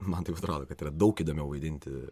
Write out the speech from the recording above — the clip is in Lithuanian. man taip atrodo kad yra daug įdomiau vaidinti